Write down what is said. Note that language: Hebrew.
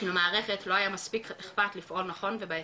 למערכת לא היה איכפת לפעול נכון ובהתאם.